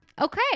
Okay